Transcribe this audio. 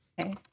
Okay